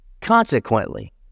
consequently